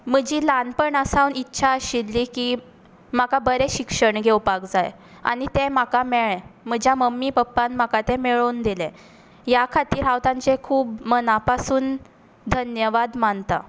म्हजी ल्हानपणा सावन इच्छा आशिल्ली की म्हाका बरें शिक्षण घेवपाक जाय आनी तें म्हाका मेळ्ळें म्हज्या मम्मी पप्पान म्हाका तें मेळोवन दिलें ह्या खातीर हांव तांचें खूब मना पासून धन्यवाद मानता